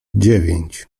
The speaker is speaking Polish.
dziewięć